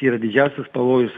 yra didžiausias pavojus